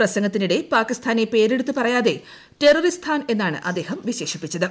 പ്രസംഗത്തിനിടെ പാകിസ്ഥാനെ പേരെടുത്ത് പറയാതെ ടെററിസ്ഥാൻ എന്നാണ് അദ്ദേഹം വിശേഷിപ്പിച്ചത്